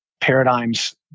paradigms